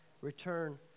return